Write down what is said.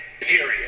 period